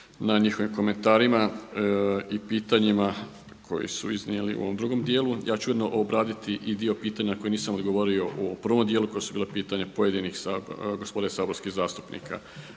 na njihovim komentarima i pitanjima koje su iznijeli u ovom drugom dijelu. Ja ću ujedno obraditi i dio pitanja na koje nisam odgovorio u prvom dijelu, koja su bila pitanja pojedinih, gospode saborskih zastupnika.